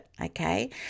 Okay